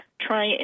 try